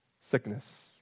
sickness